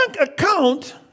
account